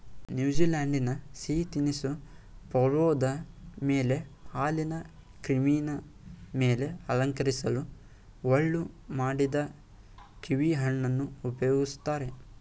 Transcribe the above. ನ್ಯೂಜಿಲೆಂಡಿನ ಸಿಹಿ ತಿನಿಸು ಪವ್ಲೋವದ ಮೇಲೆ ಹಾಲಿನ ಕ್ರೀಮಿನ ಮೇಲೆ ಅಲಂಕರಿಸಲು ಹೋಳು ಮಾಡಿದ ಕೀವಿಹಣ್ಣನ್ನು ಉಪಯೋಗಿಸ್ತಾರೆ